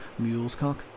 Mulescock